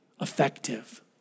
effective